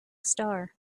star